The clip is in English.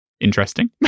interesting